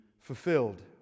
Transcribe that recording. fulfilled